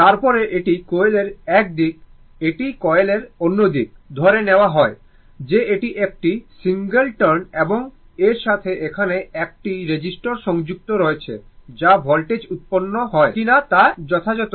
তারপরে এটি কয়েলের এক দিক এটি কয়েলের অন্য দিক ধরে নেওয়া হয় যে এটি একটি সিঙ্গেল টার্ন এবং এর সাথে এখানে একটি রেজিস্টর সংযুক্ত রয়েছে যা ভোল্টেজ উৎপন্ন হয় কিনা তা যথাযথ